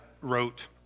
wrote